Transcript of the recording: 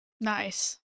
Nice